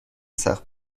سخت